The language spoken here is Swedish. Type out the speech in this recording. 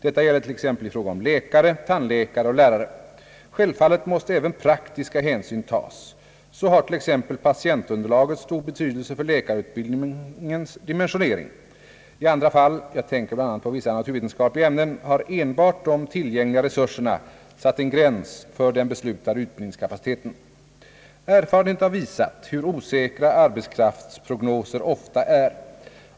Detta gäller t.ex. i fråga om läkare, tandläkare och lärare. Självfallet måste även praktiska hänsyn tas. Så har t.ex. patientunderlaget stor betydelse för läkarutbildningens dimensionering. I andra fall — jag tänker bl.a. på vissa naturvetenskapliga ämnen — har enbart de tillgängliga resurserna satt en gräns för den beslutade utbildningskapaciteten. Erfarenheten har visat hur osäkra arbetskraftsprognoser ofta är.